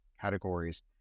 categories